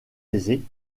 aisée